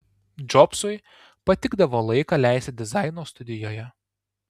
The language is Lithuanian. džobsui patikdavo laiką leisti dizaino studijoje